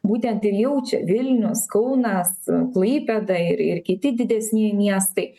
būtent ir jaučia vilnius kaunas klaipėda ir ir kiti didesni miestai